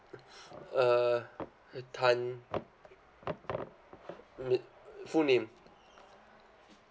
uh tan na~ full name